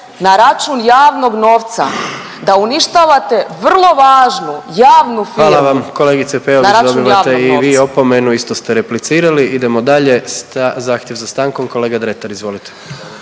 na račun javnog novca, da uništavate vrlo važnu javnu firmu na račun javnog novca. **Jandroković, Gordan (HDZ)** Hvala vam. Kolegice Peović dobivate i vi opomenu. Isto ste replicirali. Idemo dalje. Zahtjev za stankom kolega Dretar izvolite.